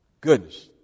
Goodness